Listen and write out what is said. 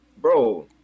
bro